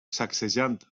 sacsejant